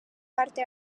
parte